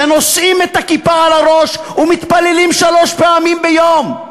שנושאים את הכיפה על הראש ומתפללים שלוש פעמים ביום,